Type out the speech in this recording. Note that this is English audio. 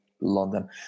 London